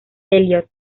elliott